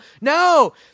No